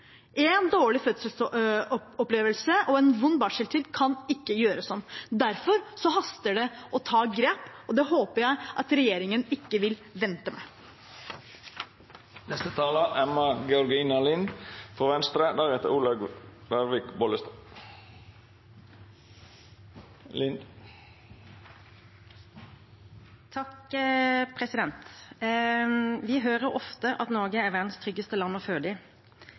En dårlig fødselsopplevelse og en vond barseltid kan ikke gjøres om. Derfor haster det å ta grep, og det håper jeg regjeringen ikke vil vente med. Vi hører ofte at Norge er verdens tryggeste land å føde i. Knapt noe land i verden har høyere overlevelse for mor og barn. Men fødselen handler jo om mye mer enn bare å